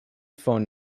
phone